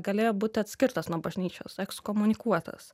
galėjo būti atskirtas nuo bažnyčios ekskomunikuotas